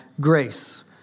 grace